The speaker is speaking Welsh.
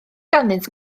ganddynt